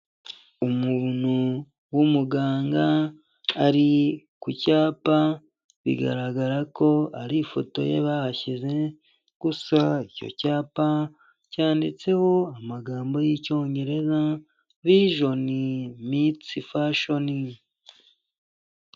Umuntu w'umuganga ari ku cyapa bigaragara ko ari ifoto ye bahashyize, gusa icyo cyapa cyanditseho amagambo y'Icyongereza vijoni miti fashoni.